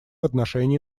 отношении